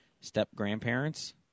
step-grandparents